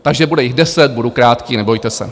Takže bude jich deset, budu krátký, nebojte se.